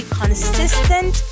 consistent